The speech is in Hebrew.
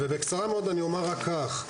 בקצרה, אני אומר כך: